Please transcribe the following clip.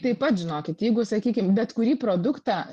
taip pat žinokit jeigu sakykim bet kurį produktą